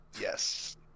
Yes